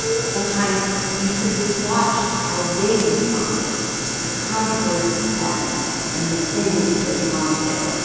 sometimes you simply watched how they responded the contours of sadness and the things that prompted it,